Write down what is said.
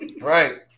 Right